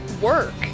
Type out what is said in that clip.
work